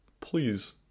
please